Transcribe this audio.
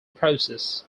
process